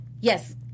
yes